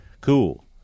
cool